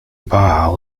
barre